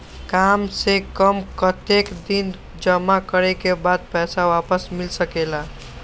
काम से कम कतेक दिन जमा करें के बाद पैसा वापस मिल सकेला?